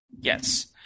Yes